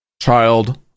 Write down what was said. child